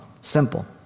Simple